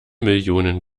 millionen